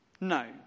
No